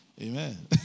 amen